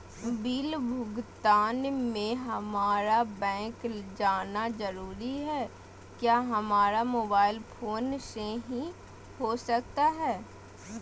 Bill भुगतान में हम्मारा बैंक जाना जरूर है क्या हमारा मोबाइल फोन से नहीं हो सकता है?